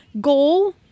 goal